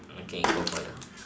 okay go for it